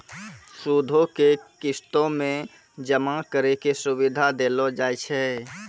सूदो के किस्तो मे जमा करै के सुविधा देलो जाय छै